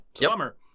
Bummer